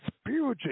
spiritual